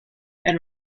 and